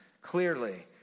clearly